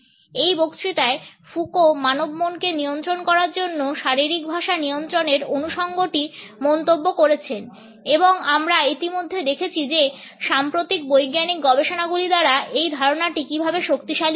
এই বক্তৃতায় ফুকো মানব মনকে নিয়ন্ত্রণ করার জন্য শারীরিক ভাষা নিয়ন্ত্রণের অনুসঙ্গটি মন্তব্য করেছেন এবং আমরা ইতিমধ্যে দেখেছি যে সাম্প্রতিক বৈজ্ঞানিক গবেষণাগুলি দ্বারা এই ধারণাটি কীভাবে শক্তিশালী হয়েছে